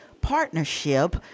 Partnership